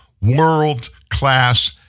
world-class